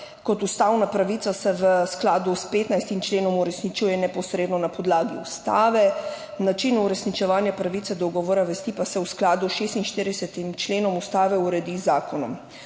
kot ustavna pravica se v skladu s 15. členom uresničuje neposredno na podlagi Ustave, način uresničevanja pravice do ugovora vesti pa se v skladu s 46 členom Ustave uredi z Zakonom